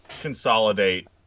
consolidate